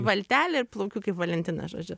valtelė ir plaukiu kaip valentinas žodžiu